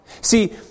See